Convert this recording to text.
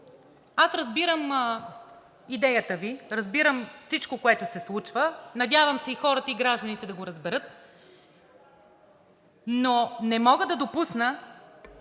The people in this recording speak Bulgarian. аз разбирам идеята Ви, разбирам всичко, което се случва, надявам се и хората, и гражданите да го разберат. Не мога да допусна,